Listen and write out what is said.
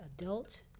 adult